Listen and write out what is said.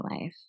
life